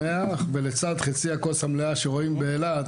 לצד חצי הכוס המלאה שרואים באילת,